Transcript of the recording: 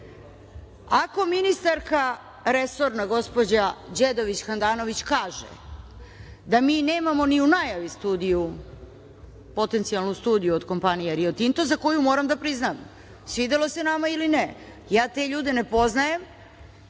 Ako ministarka resorna gospođa Đedović Handanović kaže da mi nemamo ni u najavi studiju, potencijalnu studiju od kompanije Rio Tinto, za koju moram da priznam, svidelo se nama ili ne, ja te ljude ne poznajem,